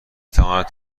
تواند